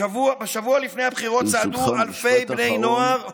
בשבוע שלפני הבחירות צעדו אלפי בני נוער,